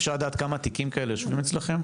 אפשר לדעת כמה תיקים כאלה יושבים אצלכם?